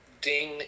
ding